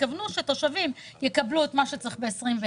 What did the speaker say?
התכוונו שתושבים יקבלו את מה שצריך ב-21',